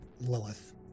Lilith